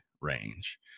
range